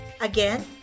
Again